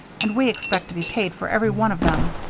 and we expect to be paid for every one of them.